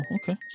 okay